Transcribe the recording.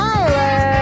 Tyler